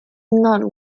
not